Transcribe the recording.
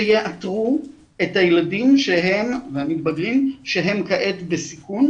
שיאתרו את הילדים והמתבגרים שהם כעת בסיכון,